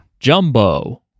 Jumbo